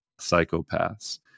psychopaths